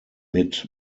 mid